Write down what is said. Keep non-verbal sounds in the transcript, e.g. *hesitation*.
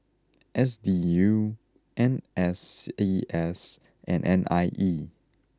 S D U N S C *hesitation* S and N I E